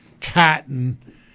Cotton